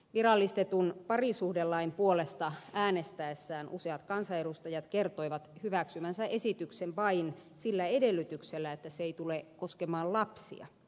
virallistetun parisuhdelain puolesta äänestäessään useat kansanedustajat kertoivat hyväksyvänsä esityksen vain sillä edellytyksellä että se ei tule koskemaan lapsia